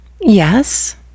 yes